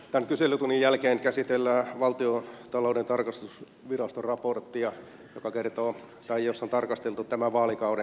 tämän kyselytunnin jälkeen käsitellään valtiontalouden tarkastusviraston raporttia jossa on tarkasteltu tämän vaalikauden taloudenpitoa